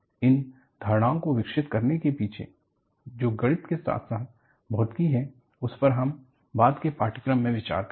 इन धारणाओं को विकसित करने के पीछे जो गणित के साथ साथ भौतिकी है उस पर हम बाद के पाठ्यक्रम में विचार करेंगे